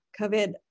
COVID